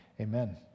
amen